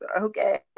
okay